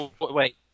Wait